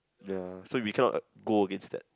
ya so we cannot go against that